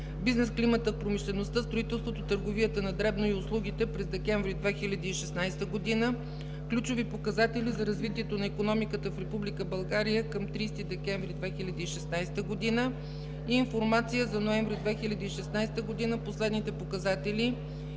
бизнесклиматът в промишлеността, строителството, търговията на дребно и услугите през декември 2016 г.; ключови показатели за развитието на икономиката в Република България към 30 декември 2016 г.; информация за ноември 2016 г. по следните показатели –